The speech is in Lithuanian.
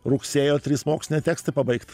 rugsėjo trys moksliniai tekstai pabaigt